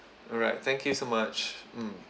alright thank you so much mm